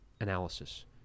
analysis